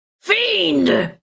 fiend